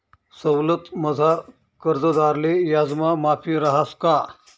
सवलतमझार कर्जदारले याजमा माफी रहास का?